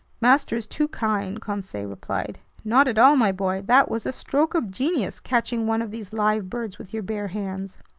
master is too kind, conseil replied. not at all, my boy. that was a stroke of genius, catching one of these live birds with your bare hands!